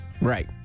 Right